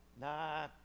Nah